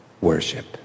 worship